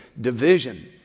division